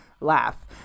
laugh